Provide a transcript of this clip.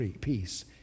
Peace